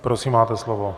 Prosím, máte slovo.